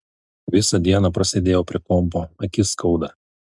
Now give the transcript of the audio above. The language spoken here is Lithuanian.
visą dieną prasėdėjau prie kompo akis skauda